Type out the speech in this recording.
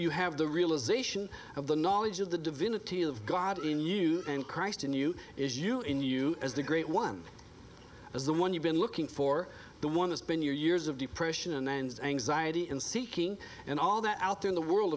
you have the realisation of the knowledge of the divinity of god in you and christ in you is you in you as the great one as the one you've been looking for the one that's been your years of depression and ends anxiety and seeking and all that out in the world